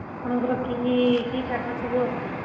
ଆପଣଙ୍କର କି କି କାଠ ସବୁ ଅଛି